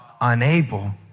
unable